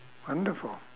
wonderful